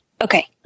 Okay